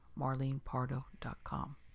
MarlenePardo.com